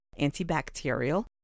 antibacterial